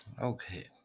okay